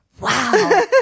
Wow